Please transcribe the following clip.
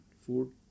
food